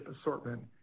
assortment